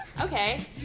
Okay